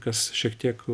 kas šiek tiek